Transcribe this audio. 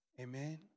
Amen